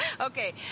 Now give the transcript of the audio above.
Okay